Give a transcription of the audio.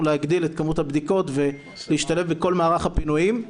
להגדיל את כמות הבדיקות ולהשתלב בכל מערך הפינויים.